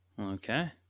Okay